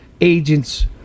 agents